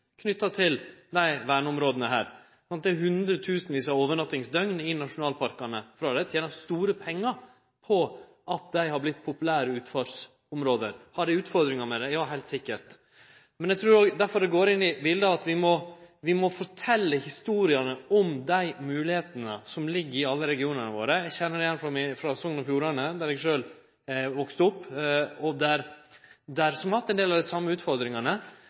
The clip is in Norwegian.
knytt til desse verneområda. Det er hundretusenvis av overnattingsdøgn i nasjonalparkane, og ein tener store pengar på at dei har verte populære utfartsområde. Har dei utfordringar med det? Ja, heilt sikkert, men eg trur òg det høyrer med til biletet at vi må fortelje historiene om dei moglegheitene som ligg i alle regionane våre. Eg kjenner det igjen frå Sogn og Fjordane der eg sjølv har vakse opp. Der har ein også hatt ein del av dei same utfordringane,